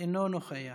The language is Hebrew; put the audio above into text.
אינו נוכח,